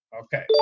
Okay